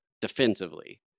defensively